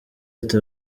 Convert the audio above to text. ati